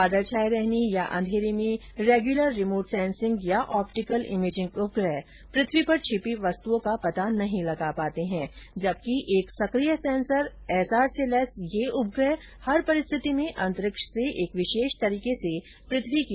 बादल छाये रहने या अंघेरे में रेगुलर रिमोट सेंसिंग या ऑप्टिकल इमेजिंग उपग्रह पृथ्वी पर छिपी वस्तुओं का पता नहीं लगा पाता है जबकि एक सक्रिय सेंसर एसएआर से लैस यह उपग्रह हर परिस्थिति में अंतरिक्ष से एक विशेष तरीके से पृथ्वी की निगरानी कर सकता है